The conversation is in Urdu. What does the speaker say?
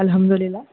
الحمد للہ